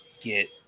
get